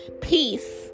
peace